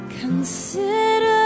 Consider